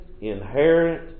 inherent